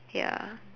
ya